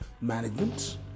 management